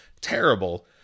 terrible